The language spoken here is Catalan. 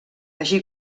així